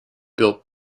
built